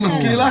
אני מזכיר לך,